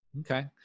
Okay